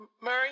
Murray